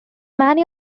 many